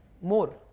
more